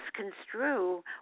misconstrue